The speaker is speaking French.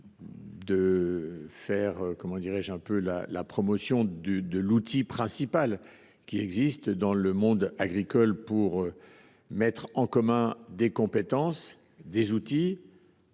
de faire la promotion de l’outil principal qui existe dans le monde agricole pour mettre en commun des compétences, du matériel,